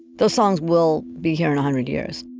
the songs will be here in a hundred years.